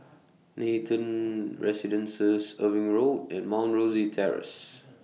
Nathan Residences Irving Road and Mount Rosie Terrace